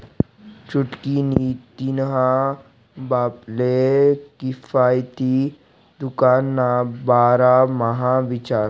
छुटकी नी तिन्हा बापले किफायती दुकान ना बारा म्हा विचार